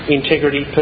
integrity